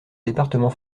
département